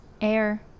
air